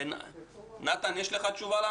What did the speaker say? נתן, יש לך תשובה?